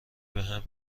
بهم